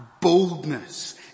boldness